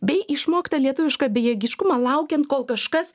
bei išmoktą lietuvišką bejėgiškumą laukiant kol kažkas